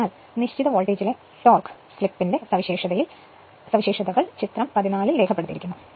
അതിനാൽ നിശ്ചിത വോൾട്ടേജിലെ ടോർക്ക് സ്ലിപ്പിന്റെ സവിശേഷതകൾ ചിത്രം 14 ൽ രേഖപ്പെടുത്തിയിരിക്കുന്നു